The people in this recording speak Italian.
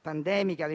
pandemica,